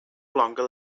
longer